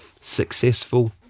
successful